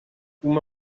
uma